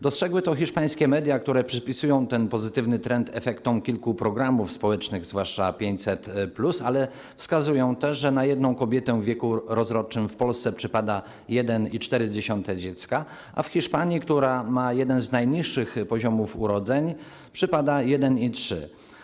Dostrzegły to hiszpańskie media, które przypisują ten pozytywny trend efektom kilku programów społecznych, zwłaszcza programu 500+, ale wskazują też, że na jedną kobietę w wieku rozrodczym w Polsce przypada 1,4 dziecka, a w Hiszpanii, która ma jeden z najniższych poziomów urodzeń, przypada 1,3.